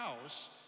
house